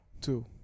two